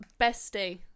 bestie